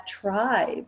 tribe